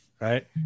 right